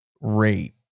rate